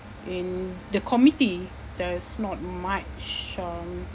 in the committee there's not much uh